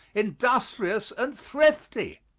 industrious and thrifty!